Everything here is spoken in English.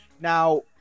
Now